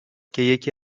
که، یکی